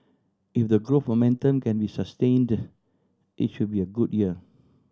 if the growth for momentum can be sustained it should be a good year